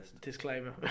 Disclaimer